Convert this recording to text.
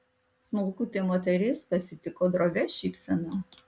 smulkutė moteris pasitiko drovia šypsena